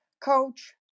coach